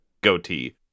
goatee